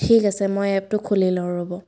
ঠিক আছে মই এপটো খুলি লওঁ ৰ'ব